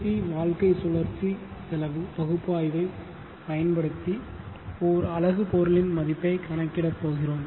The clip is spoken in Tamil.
சி வாழ்க்கைச் சுழற்சி செலவு பகுப்பாய்வைப் பயன்படுத்தி ஓர் அலகு பொருளின் மதிப்பை கணக்கிட போகிறோம்